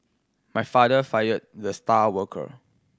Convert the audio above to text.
my father fired the star worker